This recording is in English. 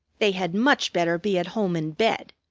they had much better be at home in bed.